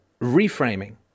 reframing